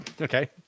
Okay